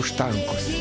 už tankus